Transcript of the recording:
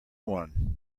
one